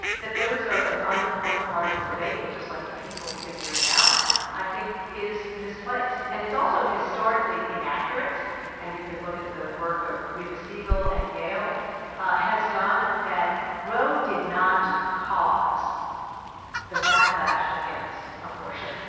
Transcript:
that those are an unimportant part of the debate, we'll just let the people figure it out i think is misplaced and it's also historically inaccurate and you can look at the work of rita siegel at yale has done that roe did not cause the backlash against abortion.